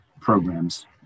programs